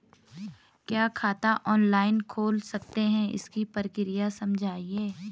क्या खाता ऑनलाइन खोल सकते हैं इसकी प्रक्रिया समझाइए?